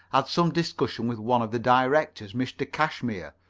had some discussion with one of the directors, mr. cashmere,